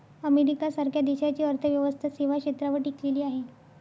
America सारख्या देशाची अर्थव्यवस्था सेवा क्षेत्रावर टिकलेली आहे